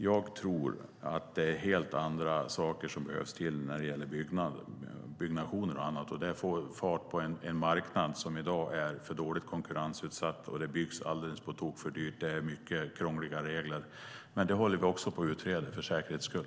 Jag tror att det är helt andra saker som behövs när det gäller byggnation och annat, för att få fart på en marknad som i dag är för dåligt konkurrensutsatt och där det byggs alldeles på tok för dyrt. Det är mycket krångliga regler. Men det håller vi också på att utreda, för säkerhets skull.